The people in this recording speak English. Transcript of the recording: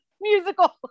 musical